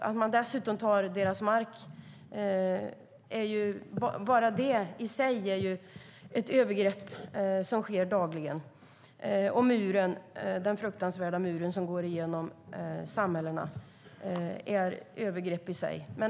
Att man dessutom tar deras mark är bara det ett övergrepp i sig, som sker dagligen. Den fruktansvärda mur som går genom samhällena är också ett övergrepp i sig.